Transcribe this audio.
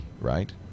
right